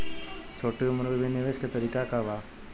छोटी उम्र में भी निवेश के तरीका क बा?